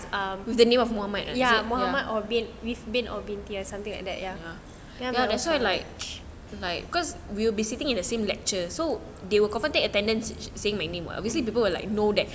um ya muhammad or bin with bin or binte or something like that ya